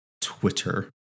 Twitter